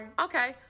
Okay